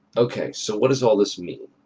ok, so what does all this mean?